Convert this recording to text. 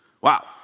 Wow